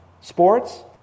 sports